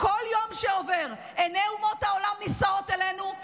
כל יום שעובר עיני אומות העולם נישאות אלינו,